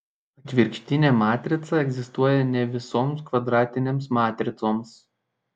atvirkštinė matrica egzistuoja ne visoms kvadratinėms matricoms